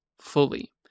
fully